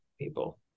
people